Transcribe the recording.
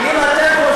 אני הראשונה?